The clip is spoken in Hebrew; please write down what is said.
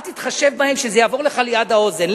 אל תתחשב בהם, שזה יעבור לך ליד האוזן.